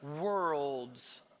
worlds